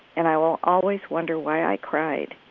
and i will always wonder why i cried